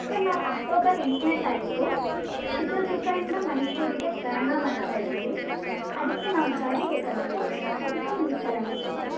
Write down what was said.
sir ನಾವು October ಎಂಟನೇ ತಾರೀಖು ಚಿತ್ರದುರ್ಗದಿಂದ ಮೈಸೂರಿಗೆ ಪ್ರಯಾಣ ಮಾಡ್ತಾ ಇದ್ದೀವಿ ಅದಕ್ಕೆ ನಮ್ಗೆ ಗಾಡಿ ಬೇಕಾಗಿತ್ತು ಅದಕ್ಕೆ ನಿಮಿಗೆ ಕರೆ ಮಾಡಿದ್ದೀವಿ